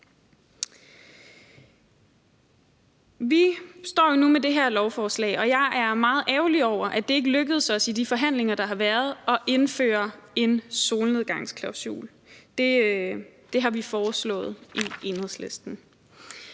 Vi står jo nu med det her lovforslag, og jeg er meget ærgerlig over, at det i de forhandlinger, der har været, ikke lykkedes os at indføre en solnedgangsklausul. Det har vi foreslået i Enhedslisten.